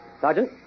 Sergeant